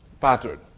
pattern